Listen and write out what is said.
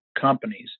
companies